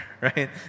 right